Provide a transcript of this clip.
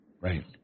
Right